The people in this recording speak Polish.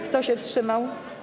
Kto się wstrzymał?